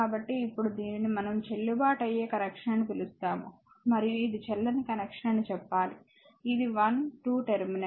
కాబట్టి ఇప్పుడు దీనిని మనం చెల్లుబాటు అయ్యే కనెక్షన్ అని పిలుస్తాము మరియు ఇది చెల్లని కనెక్షన్ అని చెప్పాలి ఇది 1 2 టెర్మినల్